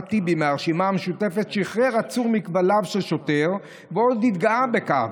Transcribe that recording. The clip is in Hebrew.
אחמד טיבי מהרשימה המשותפת שיחרר עצור מכבליו של שוטר ועוד התגאה בכך,